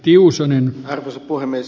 arvoisa puhemies